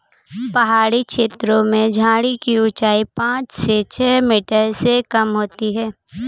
पहाड़ी छेत्रों में झाड़ी की ऊंचाई पांच से छ मीटर से कम होती है